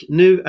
nu